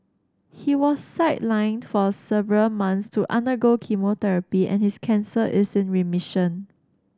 he was sidelined for several months to undergo chemotherapy and his cancer is in remission